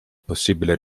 possibile